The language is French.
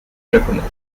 japonaise